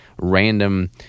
random